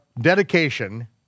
dedication